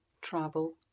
travel